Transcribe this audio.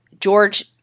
George